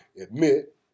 admit